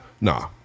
Nah